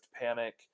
panic